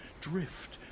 drift